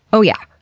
oh yeah.